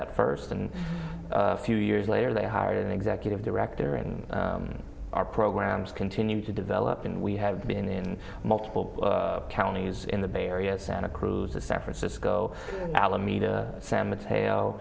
that first and a few years later they hired an executive director and our programs continued to develop and we have been in multiple counties in the bay area santa cruz the san francisco alameda sa